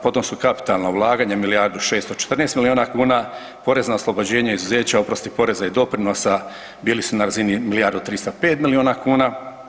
Potom su kapitalna ulaganja milijardu i 614 milijuna kuna, porezna oslobođenja, izuzeća, oprosti poreza i doprinosa bili su na razini milijardu i 305 milijuna kuna.